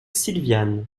silviane